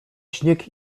śnieg